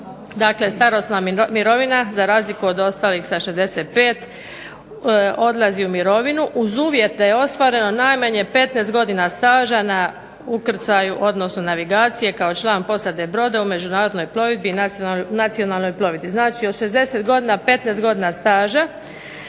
dakle starosna mirovina za razliku od ostalih sa 65, odlazi u mirovinu, uz uvjete ostvareno najmanje 15 godina staža na ukrcaju, odnosno navigacije kao član posade broda u međunarodnoj plovidbi, nacionalnoj plovidbi. Znači od 60 godina 15 godina staža,